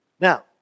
Now